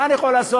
מה אני יכול לעשות?